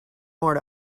more